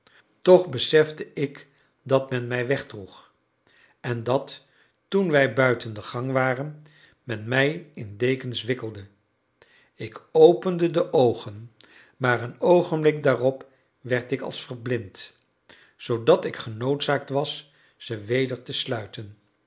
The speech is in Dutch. toch besefte ik dat men mij wegdroeg en dat toen wij buiten de gang waren men mij in dekens wikkelde ik opende de oogen maar een oogenblik daarop werd ik als verblind zoodat ik genoodzaakt was ze weder te sluiten